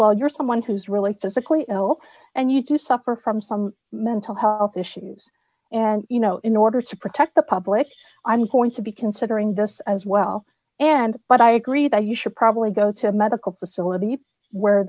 while you're someone who's really physically ill and you do suffer from some mental health issues and you know in order to protect the public i'm going to be considering this as well and but i agree that you should probably go to a medical facility where